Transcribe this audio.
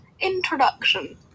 Introduction